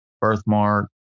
birthmark